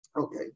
Okay